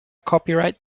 copyright